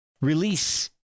release